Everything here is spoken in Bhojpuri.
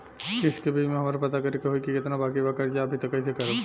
किश्त के बीच मे हमरा पता करे होई की केतना बाकी बा कर्जा अभी त कइसे करम?